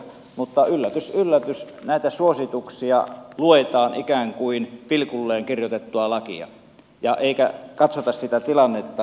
mutta yllätys yllätys näitä suosituksia luetaan ikään kuin pilkulleen kirjoitettua lakia eikä katsota sitä tilannetta